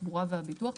תחבורה והביטוח,